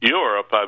Europe